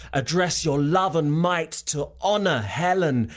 address your love and might to honour helen,